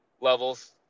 levels